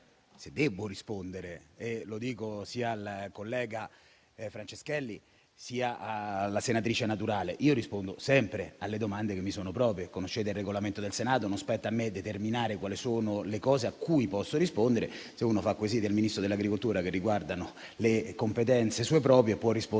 Signor Presidente, lo dico sia al collega Franceschelli, sia alla senatrice Naturale: io rispondo sempre alle domande che mi sono proprie. Conoscete il Regolamento del Senato: non spetta a me determinare quali sono le cose a cui posso rispondere. Se si pongono quesiti al Ministro dell'agricoltura che riguardano le sue competenze, può rispondere